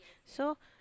so